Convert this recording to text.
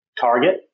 target